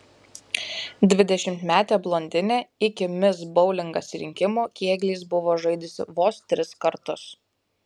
dvidešimtmetė blondinė iki mis boulingas rinkimų kėgliais buvo žaidusi vos tris kartus